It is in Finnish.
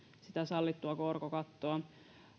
sitä sallittua korkokattoa